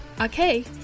Okay